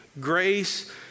Grace